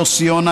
יוסי יונה,